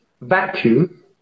vacuum